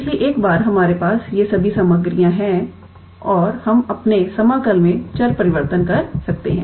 इसलिए एक बार हमारे पास ये सभी सामग्रियां हैं और हम अपने समाकल में चर परिवर्तन कर सकते हैं